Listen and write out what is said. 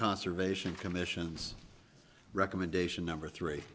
conservation commission's recommendation number three